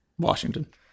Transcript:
Washington